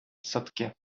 садки